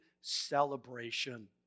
celebration